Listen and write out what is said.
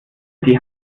die